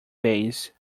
base